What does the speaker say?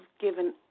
given